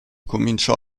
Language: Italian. cominciò